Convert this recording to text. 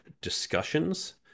discussions